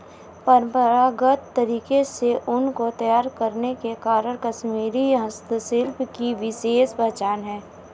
परम्परागत तरीके से ऊन को तैयार करने के कारण कश्मीरी हस्तशिल्प की विशेष पहचान है